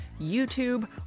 YouTube